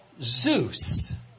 Zeus